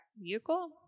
vehicle